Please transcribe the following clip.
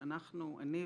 אני,